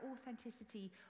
authenticity